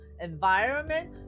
environment